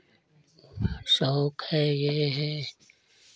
और शौक है ये है